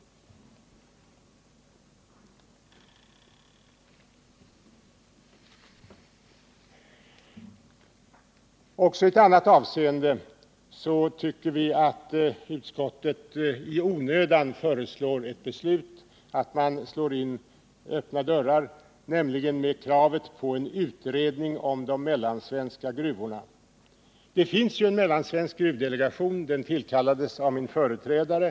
Också i ett annat avseende tycker vi att utskottet i onödan föreslår riksdagen att fatta ett beslut —-man slår in öppna dörrar. Det gäller kravet på en utredning om de mellansvenska gruvorna. Det finns ju en mellansvensk gruvdelegation — den tillkallades av min företrädare.